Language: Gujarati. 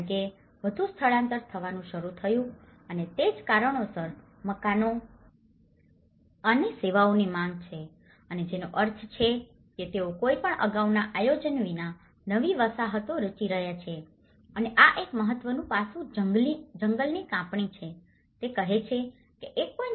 કારણ કે વધુ સ્થળાંતર થવાનું શરૂ થયું છે અને તે જ કારણોસર મકાનો અને સેવાઓની માંગ છે અને જેનો અર્થ છે કે તેઓ કોઈ પણ અગાઉના આયોજન વિના નવી વસાહતો રચી રહ્યા છે અને આ એક મહત્ત્વનું પાસું જંગલની કાપણી છે તે કહે છે કે ૧